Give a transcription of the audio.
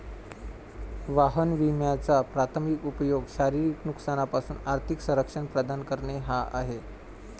वाहन विम्याचा प्राथमिक उपयोग शारीरिक नुकसानापासून आर्थिक संरक्षण प्रदान करणे हा आहे